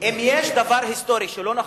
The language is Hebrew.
אמרתי דבר היסטורי שהוא לא נכון,